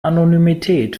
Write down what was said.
anonymität